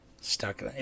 stuck